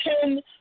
ten